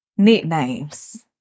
Nicknames